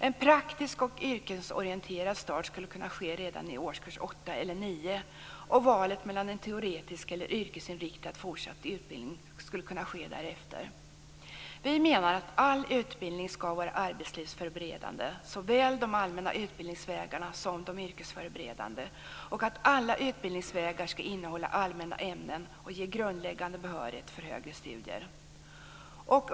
En praktisk och yrkesorienterad start skulle kunna ske redan i årskurs 8 eller 9. Valet mellan en teoretisk eller yrkesinriktad fortsatt utbildning skulle kunna ske därefter. Vi menar att all utbildning skall vara arbetslivsförberedande, såväl de allmänna utbildningsvägarna som de yrkesförberedande, och att alla utbildningsvägar skall innehålla allmänna ämnen och ge grundläggande behörighet för högre studier.